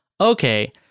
okay